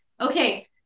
Okay